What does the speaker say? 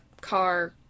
car